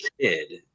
kid